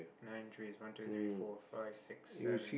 nine trees one two three four five six seven